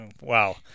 Wow